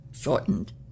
shortened